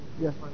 Yes